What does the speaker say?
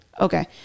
okay